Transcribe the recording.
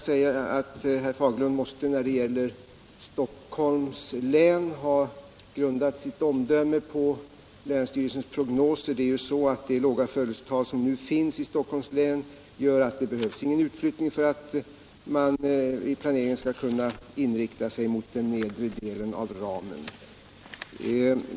Herr Fagerlund måste när det gäller Stockholms län ha grundat sitt omdöme på länsstyrelsens prognoser. Det låga födelsetal som nu gäller för Stockholms län gör att det behövs ingen utflyttning för att man vid planeringen skall kunna inrikta sig mot den nedre delen av ramen.